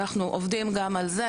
אנחנו עובדים גם על זה.